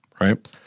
right